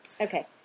Okay